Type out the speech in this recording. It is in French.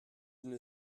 une